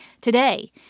Today